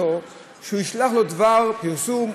לשגר דבר פרסומת,